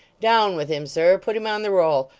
down with him, sir. put him on the roll.